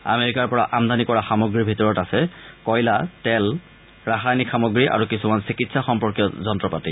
আমেৰিকাৰ পৰা আমদানি কৰা সামগ্ৰিৰ ভিতৰত আছে কয়লা তেল ৰাসায়নিক সামগ্ৰী আৰু কিছুমান চিকিৎসা সম্পৰ্কীয় যন্ত্ৰ পাতি